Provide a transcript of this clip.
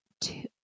two